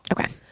Okay